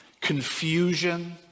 confusion